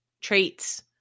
traits